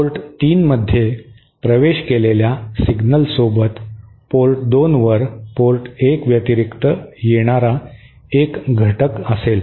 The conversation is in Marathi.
पोर्ट 3 मध्ये प्रवेश केलेल्या सिग्नलसोबत पोर्ट 2 वर पोर्ट 1 व्यतिरिक्त येणारा एक घटक असेल